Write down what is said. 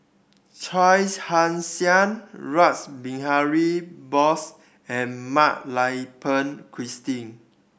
Chia Ann Siang Rash Behari Bose and Mak Lai Peng Christine